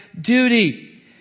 duty